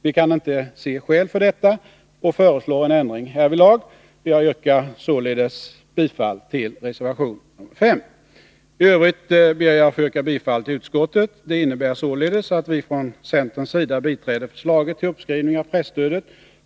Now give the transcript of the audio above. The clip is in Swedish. Vi kan inte se skäl för detta och föreslår en ändring härvidlag. Jag yrkar således bifall till reservation nr 5. I övrigt ber jag att få yrka bifall till utskottets hemställan. Det innebär således bl.a. att vi från centerns sida biträder förslaget till uppskrivning av presstödet.